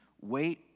wait